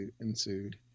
ensued